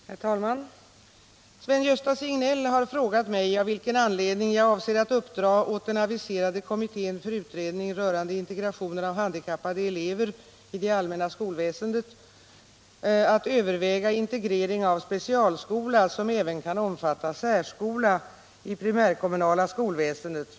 Herr talman! Sven-Gösta Signell har frågat mig av vilken anledning jag avser att uppdra åt den aviserade kommittén för utredning rörande integrationen av handikappade elever i det allmänna skolväsendet ”att överväga integrering av specialskola som även kan omfatta särskola i primärkommunala skolväsendet.